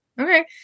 Okay